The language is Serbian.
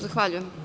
Zahvaljujem.